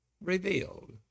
revealed